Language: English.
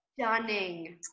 stunning